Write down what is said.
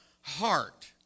heart